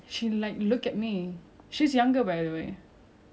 she's like I think it was sec three or something like that ya she's a junior